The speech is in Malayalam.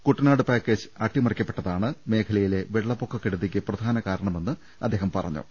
കുട്ടനാട് പാക്കേജ് അട്ടിമറിക്കപ്പെട്ടതാണ് മേഖലയിലെ വെളളപ്പൊക്കക്കെടു തിക്ക് പ്രധാന കാരണമെന്ന് അദ്ദേഹം പറഞ്ഞു